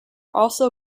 also